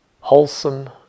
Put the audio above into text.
wholesome